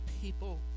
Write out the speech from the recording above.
people